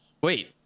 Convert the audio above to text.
wait